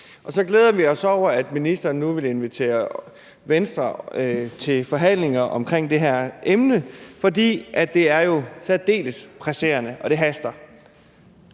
og så glæder vi os over, at ministeren nu vil invitere Venstre til forhandlinger om det her emne, for det er jo særdeles presserende, og det haster.